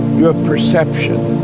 you have perception,